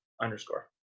underscore